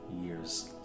years